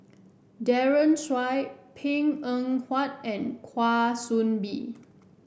Daren Shiau Png Eng Huat and Kwa Soon Bee